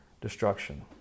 destruction